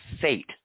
fate